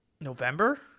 November